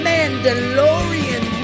Mandalorian